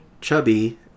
Chubby